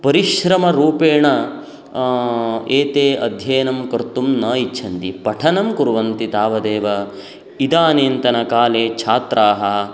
परिश्रमरूपेण एते अध्ययनं कर्तुं न इच्छन्ति पठनं कुर्वन्ति तावदेव इदानींतनकाले छात्राः